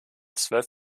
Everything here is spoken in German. zwölf